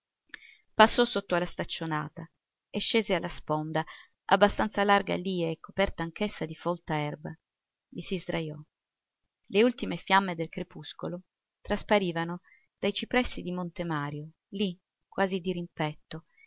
passò sotto alla staccionata e scese alla sponda abbastanza larga lì e coperta anch'essa di folta erba i si sdrajò le ultime fiamme del crepuscolo trasparivano dai cipressi di monte mario lì quasi dirimpetto